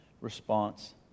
response